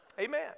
Amen